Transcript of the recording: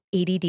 ADD